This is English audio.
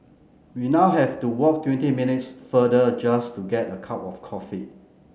we now have to walk twenty minutes farther just to get a cup of coffee